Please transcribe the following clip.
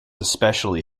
especially